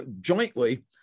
jointly